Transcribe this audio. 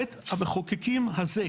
בית המחוקקים הזה,